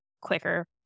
quicker